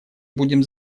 будем